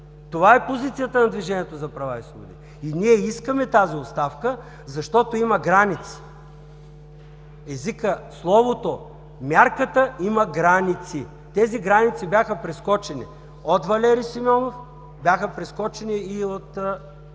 Това е позицията на „Движението за права и свободи“. Ние искаме тази оставка, защото има граници. Езикът, словото, мярката има граници. Те бяха прескочени от Валери Симеонов, бяха прескочени и от